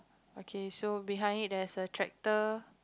okay so behind it there's a tractor